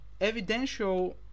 evidential